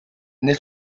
nel